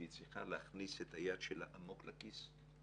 שהיא צריכה להכניס את היד שלה עמוק לכיס,